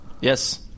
Yes